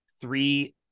three